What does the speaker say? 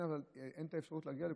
ואין אפשרות להגיע לכולם.